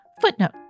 Footnote